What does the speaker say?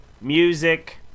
Music